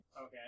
Okay